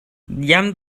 jam